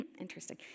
interesting